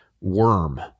worm